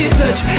touch